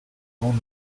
long